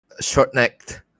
short-necked